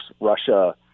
Russia